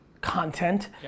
content